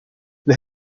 the